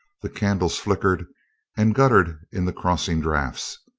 the candles flick ered and guttered in the crossing drafts.